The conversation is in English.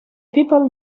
people